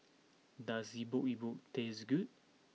does Epok Epok taste good